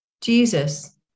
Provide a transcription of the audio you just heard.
Jesus